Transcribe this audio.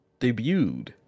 debuted